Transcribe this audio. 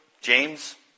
James